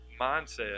mindset